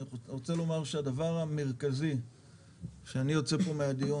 אני רוצה לומר שהדבר המרכזי שאני יוצא פה מהדיון